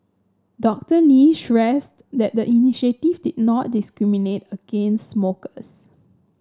Doctor Lee stressed that the initiative did not discriminate against smokers